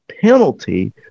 penalty